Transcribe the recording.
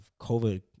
COVID